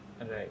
right